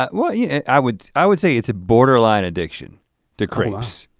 um well yeah i would i would say it's a borderline addiction to crepes.